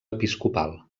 episcopal